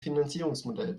finanzierungsmodell